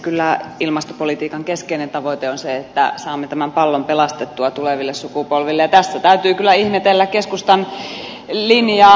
kyllä ilmastopolitiikan keskeinen tavoite on se että saamme tämän pallon pelastettua tuleville sukupolville ja tässä täytyy kyllä ihmetellä keskustan linjaa